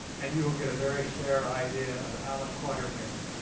and you will get a very fair idea of allan quatermain,